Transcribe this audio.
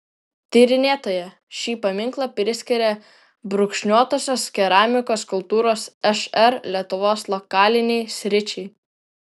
tyrinėtoja šį paminklą priskiria brūkšniuotosios keramikos kultūros šr lietuvos lokalinei sričiai